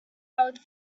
held